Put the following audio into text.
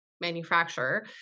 manufacturer